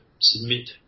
submit